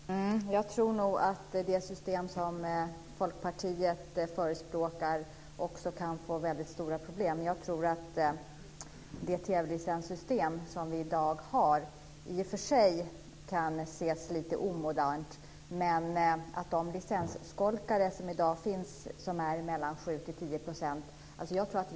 Fru talman! Jag tror nog att det system som Folkpartiet förespråkar också kan få väldigt stora problem. I och för sig kan det TV-licenssystem som vi i dag har ses som lite omodernt, men jag tror ändå att vi bör försöka uppmuntra och motivera de licensskolkare som i dag finns, 7-10 %, att betala.